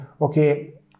okay